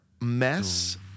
mess